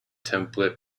template